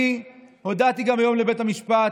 אני הודעתי גם היום לבית המשפט,